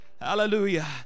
Hallelujah